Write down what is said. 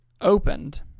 Opened